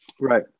Right